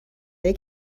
they